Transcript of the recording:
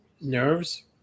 nerves